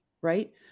right